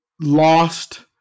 lost